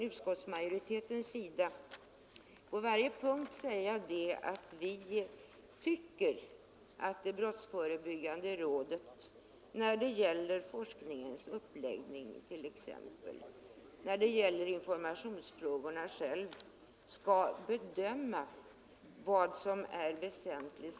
Utskottsmajoriteten anser att rådet på varje punkt — t.ex. när det gäller forskningens uppläggning och informationsfrågorna — skall få bedöma vad som är väsentligt.